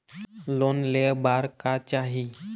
Loan ले बार का चाही?